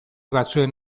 batzuen